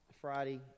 Friday